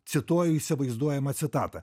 cituoju įsivaizduojamą citatą